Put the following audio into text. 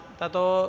Tato